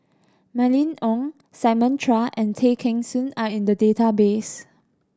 Mylene Ong Simon Chua and Tay Kheng Soon are in the database